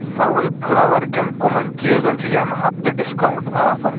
سول flower کٮ۪ن کَمَن چیٖزن چھ یمہِ ہفتہٕ ڈسکاونٛٹ آفر ؟